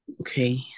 Okay